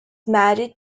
married